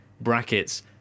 brackets